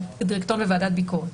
של דירקטוריון וועדת ביקורת.